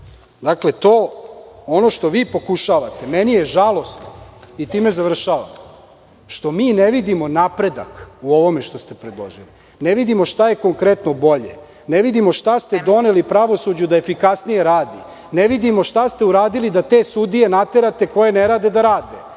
zakona. Dakle, ono što vi pokušavate, meni je žalosno, time završavam, što mi ne vidimo napredak u ovome što ste predložili, ne vidimo šta je konkretno bolje, ne vidimo šta ste doneli pravosuđu da efikasnije radi, ne vidimo šta ste uradili da te sudije naterate koje ne rade da rade,